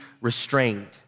restrained